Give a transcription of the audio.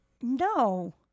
No